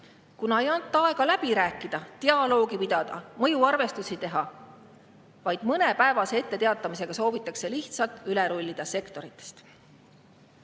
kuna ei anta aega läbi rääkida, dialoogi pidada, mõjuarvestusi teha. Vaid mõnepäevase etteteatamisega soovitakse lihtsalt üle rullida sektoritest. Maksutõuse